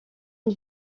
une